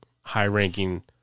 high-ranking